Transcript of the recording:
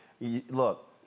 look